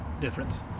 difference